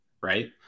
right